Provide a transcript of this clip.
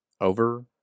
over